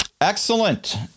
excellent